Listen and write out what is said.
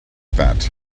that